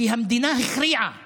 כי המדינה הכריעה ואמרה: